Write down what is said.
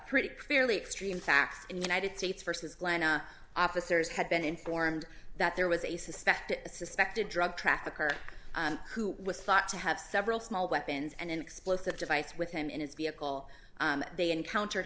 pretty clearly extreme facts in united states versus glenna officers had been informed that there was a suspect a suspected drug trafficker who was thought to have several small weapons and an explosive device with him in his vehicle they encountered